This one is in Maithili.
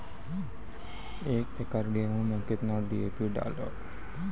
एक एकरऽ गेहूँ मैं कितना डी.ए.पी डालो?